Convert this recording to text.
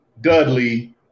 Dudley